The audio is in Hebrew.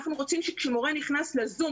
אנחנו רוצים שכשמורה נכנס לזום,